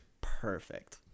perfect